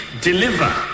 deliver